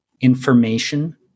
information